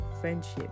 friendship